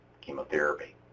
chemotherapy